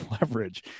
leverage